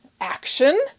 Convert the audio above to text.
action